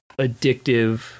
addictive